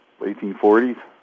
1840s